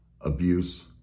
abuse